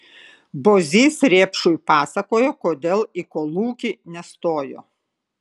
bozys rėpšui pasakojo kodėl į kolūkį nestojo